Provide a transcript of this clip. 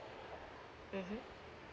mmhmm